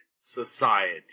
society